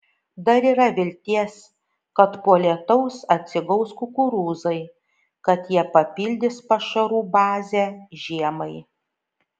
dar yra vilties kad po lietaus atsigaus kukurūzai kad jie papildys pašarų bazę žiemai